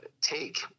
take